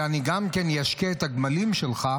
אלא אני גם אשקה את הגמלים שלך,